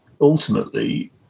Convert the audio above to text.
ultimately